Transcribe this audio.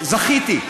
זכיתי.